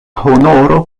honoro